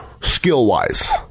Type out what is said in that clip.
skill-wise